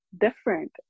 different